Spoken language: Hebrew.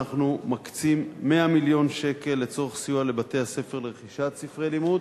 אנחנו מקצים 100 מיליון שקל לצורך סיוע לבתי-הספר לרכישת ספרי לימוד,